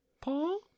Paul